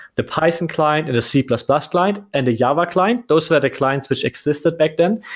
the python client and the c plus plus client and the java client. those were the clients which existed back then.